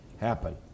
happen